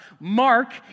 Mark